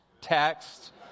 text